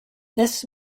this